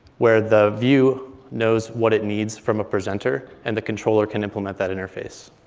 where the view knows what it needs from a presenter, and the controller can implement that interface.